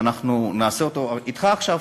שאנחנו נעשה אתך עכשיו,